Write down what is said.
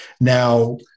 now